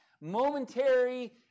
momentary